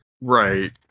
right